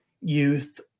youth